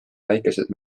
väikesed